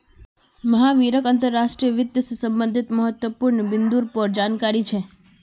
महावीरक अंतर्राष्ट्रीय वित्त से संबंधित महत्वपूर्ण बिन्दुर पर जानकारी छे